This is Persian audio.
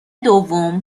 دوم